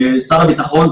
שר הביטחון,